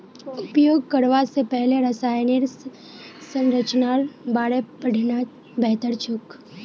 उपयोग करवा स पहले रसायनेर संरचनार बारे पढ़ना बेहतर छोक